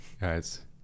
guys